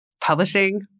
publishing